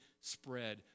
spread